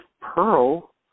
Pearl